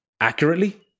accurately